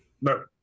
No